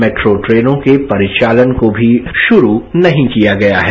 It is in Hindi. मेट्रो ट्रेनों के परिचालन को भी शुरू नहीं किया गया है